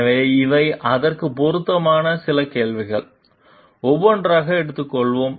எனவே இவை அதற்குப் பொருத்தமான சில கேள்விகள் ஒவ்வொன்றாக எடுத்துக்கொள்வோம்